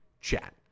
chat